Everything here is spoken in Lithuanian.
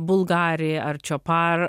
bulgari ar čiopar